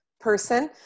person